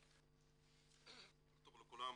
בוקר טוב לכולם.